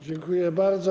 Dziękuję bardzo.